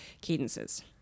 cadences